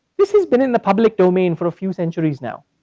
this has been in the public domain for a few centuries now,